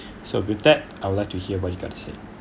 so with that I would like to hear what you got to say